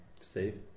Steve